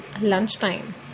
lunchtime